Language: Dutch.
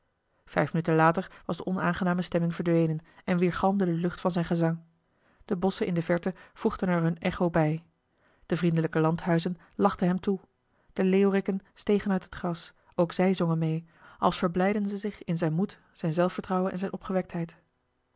vijf minuten later was de onaangename stemming verdwenen en weergalmde de lucht van zijn gezang de bosschen in de verte voegden er hun echo bij de vriendelijke landhuizen lachten hem toe de leeuwriken stegen uit het gras ook zij zongen mee als verblijdden ze zich in zijn moed zijn zelfvertrouwen en zijne